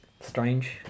Strange